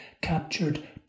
captured